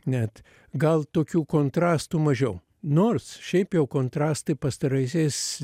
net gal tokių kontrastų mažiau nors šiaip jau kontrastai pastaraisiais